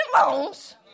loans